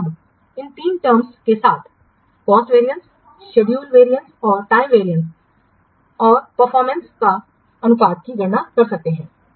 अब इन तीन शर्तों के साथ कॉस्ट वेरियंस शेड्यूल वेरियंस और टाइम वेरियंस हम परफॉर्मेंस या प्रदर्शन अनुपात की गणना कर सकते हैं